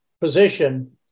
position